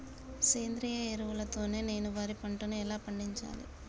సేంద్రీయ ఎరువుల తో నేను వరి పంటను ఎలా పండించాలి?